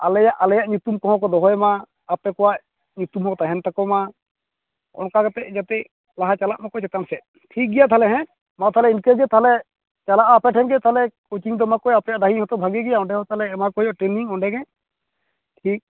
ᱟᱞᱮᱭᱟᱜ ᱟᱞᱮᱭᱟᱜ ᱧᱩᱛᱩᱢ ᱠᱚᱦᱚᱸ ᱠᱚ ᱫᱚᱦᱚᱭ ᱢᱟ ᱟᱯᱮᱠᱚᱣᱟᱜ ᱧᱩᱛᱩᱢ ᱦᱚᱸ ᱛᱮᱦᱮᱱ ᱛᱟᱠᱚ ᱢᱟ ᱚᱱᱠᱟ ᱠᱟᱛᱮᱫ ᱡᱟᱛᱮ ᱞᱟᱦᱟ ᱪᱟᱞᱟ ᱢᱟᱠᱚ ᱪᱮᱛᱟᱱ ᱥᱮᱫ ᱴᱷᱤᱠ ᱜᱮᱭᱟ ᱛᱟᱦᱚᱞᱮ ᱦᱮ ᱢᱟ ᱛᱟᱦᱚᱞᱮ ᱤᱱᱠᱟᱹᱜᱮ ᱛᱟᱦᱚᱞᱮ ᱪᱟᱞᱟᱼᱟ ᱟᱯᱮᱴᱷᱮᱱ ᱜᱮ ᱛᱟᱦᱚᱞᱮ ᱠᱳᱪᱤᱝ ᱫᱚ ᱮᱢᱟᱠᱚ ᱠᱚ ᱦᱩᱭᱩᱜᱼᱟ ᱟᱯᱮᱭᱟᱜ ᱫᱟᱹᱭᱤ ᱦᱚᱛᱚ ᱵᱷᱟᱹᱜᱤ ᱜᱮ ᱚᱱᱰᱮ ᱦᱚ ᱛᱟᱦᱚᱞᱮ ᱮᱢᱟ ᱠᱚ ᱦᱩᱭᱩᱼᱟ ᱴᱨᱮᱱᱤᱝ ᱚᱱᱰᱮ ᱜᱮ ᱴᱷᱤᱠ